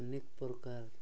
ଅନେକ ପ୍ରକାର